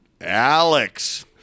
Alex